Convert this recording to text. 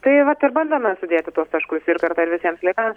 tai vat ir bandome sudėti tuos taškus ir kartą ir visiems laikams